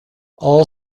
all